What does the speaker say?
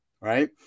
right